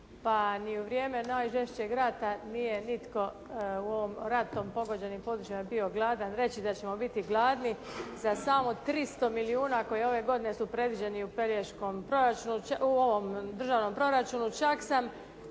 Pa ni u vrijeme najžešćeg rata nije nitko u ovom ratom pogođenim područjima bio gladan. Reći da ćemo biti gladni za samo 300 milijuna koji ove godine su predviđeni u državnom proračunu, čak sam